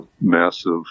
massive